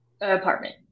apartment